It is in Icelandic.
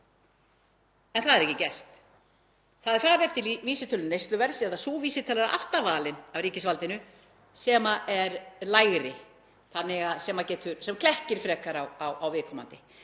En það er ekki gert. Það er farið eftir vísitölu neysluverðs eða sú vísitala er alltaf valin af ríkisvaldinu sem er lægri, sem klekkir frekar á viðkomandi,